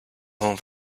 home